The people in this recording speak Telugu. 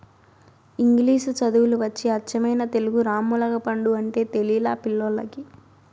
ఇంగిలీసు చదువులు వచ్చి అచ్చమైన తెలుగు రామ్ములగపండు అంటే తెలిలా పిల్లోల్లకి